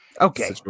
Okay